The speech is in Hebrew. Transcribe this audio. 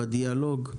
בדיאלוג,